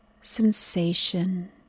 sensation